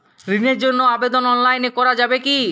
ঋণের জন্য আবেদন অনলাইনে করা যাবে কি?